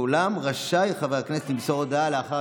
ואולם רשאי חבר הכנסת למסור הודעה לאחר